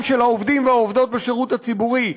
של העובדים והעובדות בשירות הציבורי,